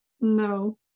no